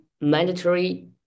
mandatory